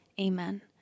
Amen